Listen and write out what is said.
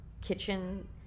kitchen